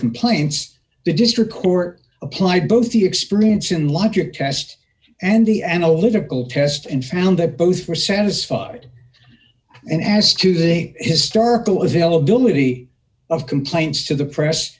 complaints the district court applied both the experience in logic test and the analytical test and found that both were satisfied and as to the historical availability of complaints to the press